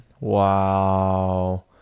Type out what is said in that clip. wow